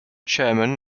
chairman